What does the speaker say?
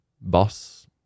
boss